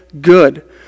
good